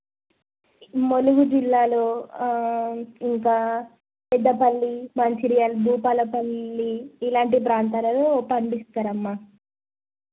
ములుగు జిల్లాలో ఇంకా పెద్దపల్లి మంచిర్యాల భూపాలపల్లి ఇలాంటి ప్రాంతాలలో పండిస్తారు అమ్మ